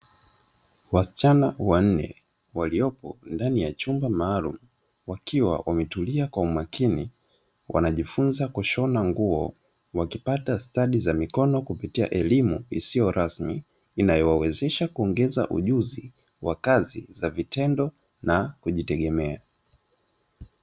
Wasichana wanne waliopo ndani ya chumba maalumu wakiwa wametulia kwa umakini wanajifunza kushona nguo wakipata stadi za mikono kupitia elimu isiyo rasmi, inayowawezesha kuongeza ujuzi wa kazi za vitendo na kujitegemea.